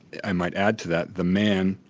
i might add to that, the man,